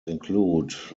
include